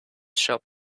shop